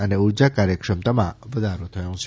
અને ઉર્જા કાર્યક્ષમતામાં વધારો થયો છે